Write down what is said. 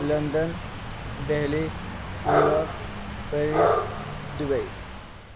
London Delhi New York Paris Dubai